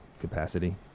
capacity